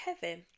Kevin